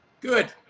good